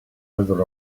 wither